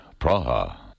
Praha